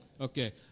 Okay